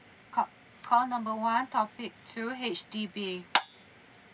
call call number one topic two H_D_B